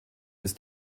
ist